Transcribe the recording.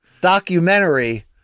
documentary